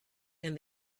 and